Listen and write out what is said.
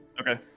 Okay